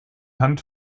hand